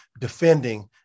defending